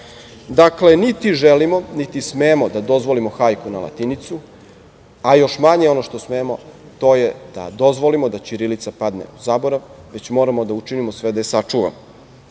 niti želimo niti smemo da dozvolimo hajku na latinicu, a još manje ono što smemo to je da dozvolimo da ćirilica padne u zaborav, već moramo da učinimo sve da je